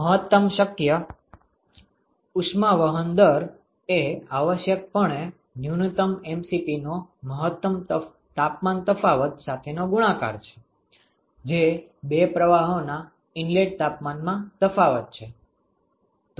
મહત્તમ શક્ય ઉષ્માવહન દર એ આવશ્યકપણે ન્યુનતમ mCpનો મહતમ તાપમાન તફાવત સાથેનો ગુણાકાર છે જે બે પ્રવાહોના ઇનલેટ તાપમાનમાં તફાવત છે